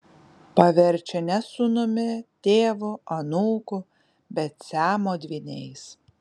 paverčia ne sūnumi tėvu anūku bet siamo dvyniais